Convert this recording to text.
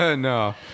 No